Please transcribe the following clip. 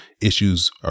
issues